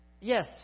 Yes